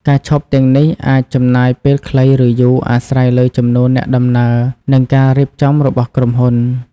ការឈប់ទាំងនេះអាចចំណាយពេលខ្លី ឬយូរ អាស្រ័យលើចំនួនអ្នកដំណើរ និងការរៀបចំរបស់ក្រុមហ៊ុន។